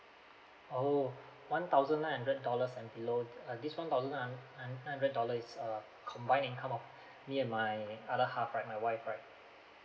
oh one thousand nine hundred dollars and below uh this one thousand nine ni~ nine hundred dollars is a combined income of me and my other half right my wife right